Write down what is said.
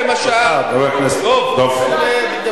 להכריע ציבור אחר.